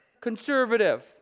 conservative